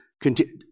continue